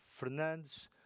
Fernandes